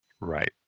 Right